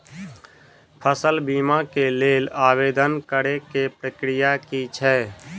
फसल बीमा केँ लेल आवेदन करै केँ प्रक्रिया की छै?